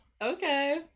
Okay